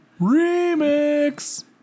Remix